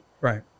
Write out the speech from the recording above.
Right